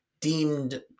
deemed